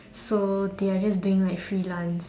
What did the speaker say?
so their just being like freelance